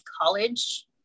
college